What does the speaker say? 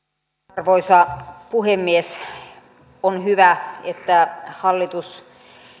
arvoisa puhemies on hyvä että hallitus